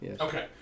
Okay